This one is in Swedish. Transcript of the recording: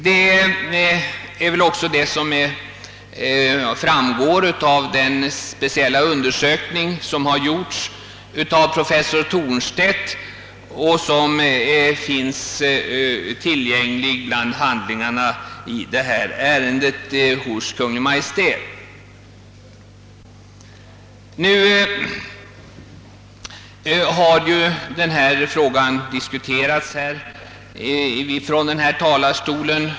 Detta framgår också av den speciella undersökning som har gjorts av professor Thornstedt och som finns tillgänglig bland handlingarna i detta ärende hos Kungl. Maj:t. Nu har frågan redan diskuterats en hel del från denna talarstol.